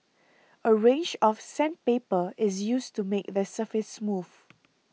a range of sandpaper is used to make the surface smooth